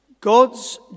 God's